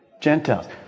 Gentiles